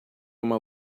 uma